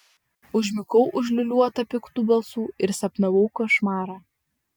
užmigau užliūliuota piktų balsų ir sapnavau košmarą